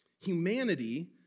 Humanity